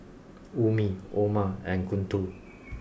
Ummi Omar and Guntur